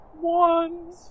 One